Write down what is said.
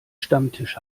stammtisch